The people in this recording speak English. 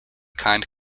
kind